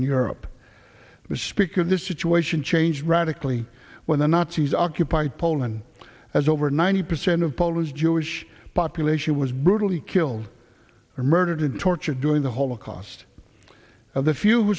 in europe the speak of this situation changed radically when the nazis occupied poland as over ninety percent of polish jewish population was brutally killed or murdered tortured during the holocaust now the few